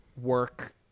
work